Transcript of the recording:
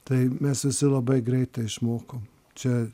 tai mes visi labai greitai išmokom čia